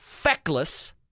feckless